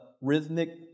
rhythmic